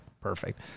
Perfect